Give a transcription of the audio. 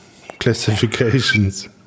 classifications